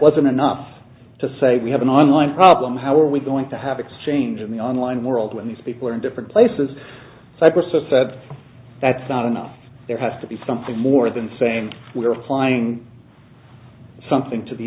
wasn't enough to say we have an online problem how are we going to have exchange in the online world when these people are in different places cyprus and said that's not enough there has to be something more than same we're applying something to the